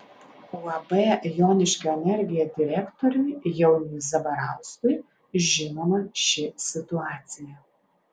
uab joniškio energija direktoriui jauniui zabarauskui žinoma ši situacija